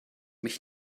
mich